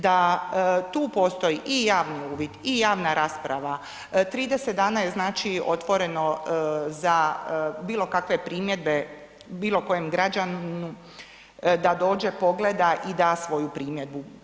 Da tu postoji i javni uvid i javna rasprava, 30 dana je znači otvoreno za bilo kakve primjedbe bilo kojem građaninu da dođe, pogleda i da svoju primjedbu.